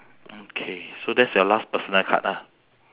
okay so that's your last personal card ah